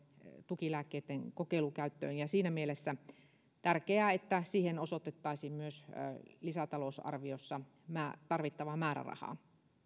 tukilääkkeitten kokeilukäyttöön ja siinä mielessä on tärkeää että siihen osoitettaisiin myös lisätalousarviossa tarvittavaa määrärahaa